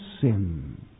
sin